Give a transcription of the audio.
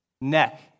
neck